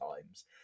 times